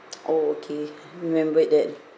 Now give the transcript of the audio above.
oh okay remembered that